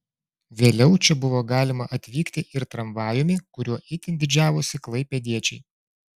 vėliau čia buvo galima atvykti ir tramvajumi kuriuo itin didžiavosi klaipėdiečiai